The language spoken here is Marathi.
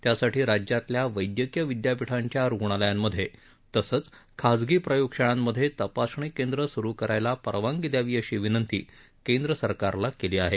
त्यासाठी राज्यातल्या वैद्यकीय विद्यापीठांच्या रुग्णालयांमध्ये तसंच खाजगी प्रयोगशाळांमध्ये तपासणी केंद्र सुरु करायला परवानगी दयावी अशी विनंती केंद्र सकारला केली आहे